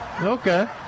Okay